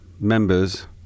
members